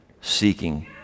seeking